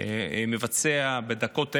בדקות האלה,